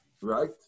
Right